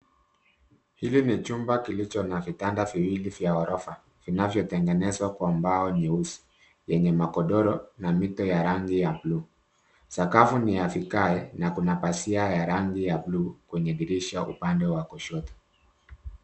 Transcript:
Hili ni chumba kilicho na vitanda viwili vya gorofa vinavyotengenezwa kwa mbao nyeusi, yenye magodoro na mito ya rangi ya bluu. Sakafu ni ya vigae na kuna pazia ya rangi ya bluu kwenye dirisha upande wa kushoto.